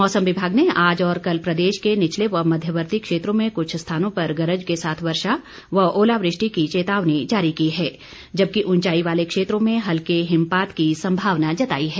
मौसम विभाग ने आज और कल प्रदेश के निचले व मध्यवर्ती क्षेत्रों में कुछ स्थानों पर गरज के साथ वर्षा व ओलावृष्टि की चेतावनी जारी की है जबकि उंचाई वाले क्षेत्रों में हल्के हिमपात की सम्भावना जताई है